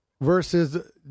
versus